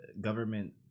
government